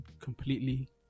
completely